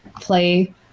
play